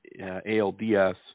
ALDS